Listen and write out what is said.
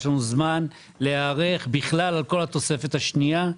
יש לנו זמן להיערך על כל התוספת השנייה,